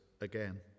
again